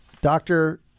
doctor